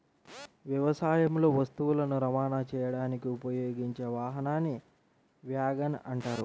వ్యవసాయంలో వస్తువులను రవాణా చేయడానికి ఉపయోగించే వాహనాన్ని వ్యాగన్ అంటారు